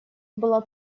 была